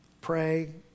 Pray